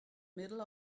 middle